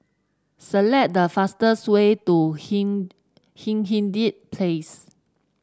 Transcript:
select the fastest way to Hindhede Place